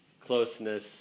closeness